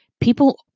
people